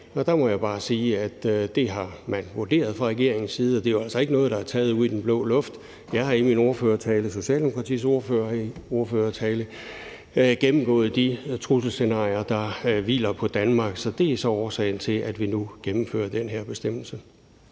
dag. Der må jeg bare sige, at det har man vurderet fra regeringens side, og det er jo altså ikke noget, der er grebet ud af den blå luft. Jeg har i min ordførertale, og Socialdemokratiets ordfører har i sin ordførertale gennemgået de trusselsscenarier, der gælder for Danmark. Det er så årsagen til, at vi nu gennemfører den her bestemmelse.